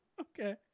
Okay